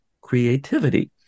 creativity